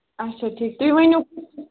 اَچھا ٹھیٖک تُہۍ ؤنِو